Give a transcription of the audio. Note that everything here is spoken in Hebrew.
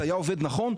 זה היה עובד נכון?